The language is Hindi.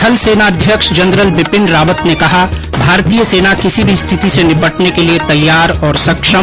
थल सेना अध्यक्ष जनरल बिपिन रावत ने कहा भारतीय सेना किसी भी स्थिति से निपटने के लिए तैयार और सक्षम